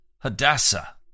Hadassah